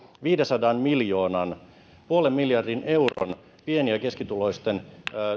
viidensadan miljoonan puolen miljardin euron pieni ja keskituloisten